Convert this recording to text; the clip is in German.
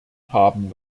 haben